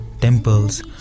temples